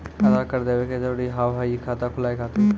आधार कार्ड देवे के जरूरी हाव हई खाता खुलाए खातिर?